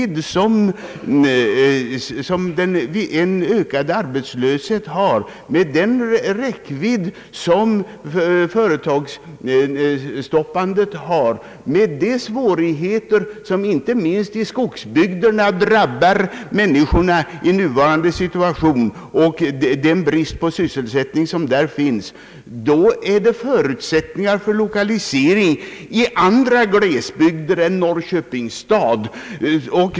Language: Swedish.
Med den omfattning arbetslösheten har, med den omfattning nedläggandet av företag har, med de svårigheter som i nuvarande läge inte minst i skogsbygderna drabbar människorna genom bristen på sysselsättning där, finns det förutsättningar för lokalisering av företag till andra glesbygder än Norrköpings stad.